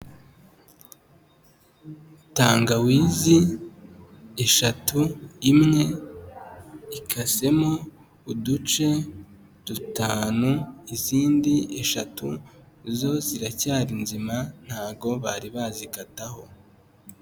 Tangawizi eshatu, imwe ikasemo uduce dutanu, izindi eshatu zo ziracyari nzima ntago bari bazikataho.